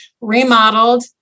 remodeled